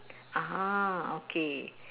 ah okay